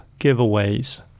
giveaways